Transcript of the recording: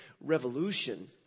revolution